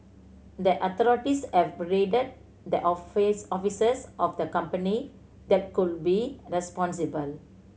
the authorities have raided the office offices of the company that could be responsible